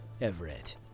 Everett